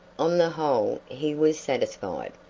on the whole he was satisfied.